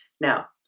Now